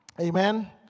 Amen